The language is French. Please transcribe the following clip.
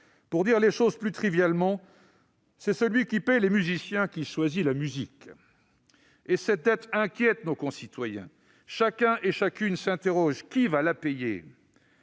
Pour dire les choses plus trivialement, « c'est celui qui paye les musiciens qui choisit la musique »! Or cette dette inquiète nos concitoyens. Chacun et chacune s'interroge : qui va la payer ?